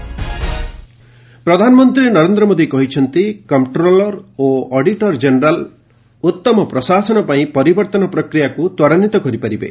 PM ଏଜି ପ୍ରଧାନମନ୍ତ୍ରୀ ନରେନ୍ଦ୍ର ମୋଦୀ କହିଛନ୍ତି କମ୍ପ୍ରୋଲର ଓ ଅଡିଟର ଜେନେରାଲ୍ ଉତ୍ତମ ପ୍ରଶାସନ ପାଇଁ ପରିବର୍ତ୍ତନ ପ୍ରକ୍ରିୟାକୁ ତ୍ୱରାନ୍ୱିତ କରିପାରିବେ